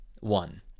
One